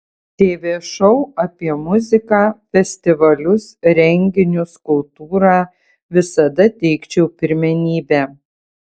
tv šou apie muziką festivalius renginius kultūrą visada teikčiau pirmenybę